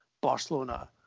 Barcelona